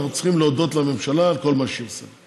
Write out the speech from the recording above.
אנחנו צריכים להודות לממשלה על כל מה שהיא עושה.